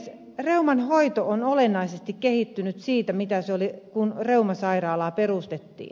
reuman hoito on olennaisesti kehittynyt siitä mitä se oli kun reumasairaalaa perustettiin